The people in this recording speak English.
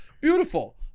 Beautiful